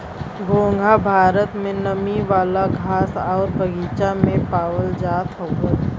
घोंघा भारत में नमी वाला घास आउर बगीचा में पावल जात हउवे